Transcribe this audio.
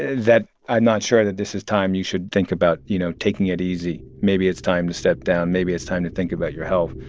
that, i'm not sure that this is time. you should think about, you know, taking it easy. maybe it's time to step down. maybe it's time to think about your health.